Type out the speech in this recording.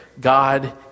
God